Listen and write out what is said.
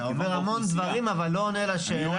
אתה אומר המון דברים אבל לא עונה לשאלה.